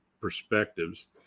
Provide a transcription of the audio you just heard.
Perspectives